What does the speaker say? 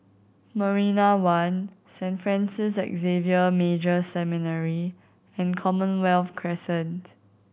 Marina One Saint Francis Xavier Major Seminary and Commonwealth Crescent